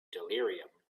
delirium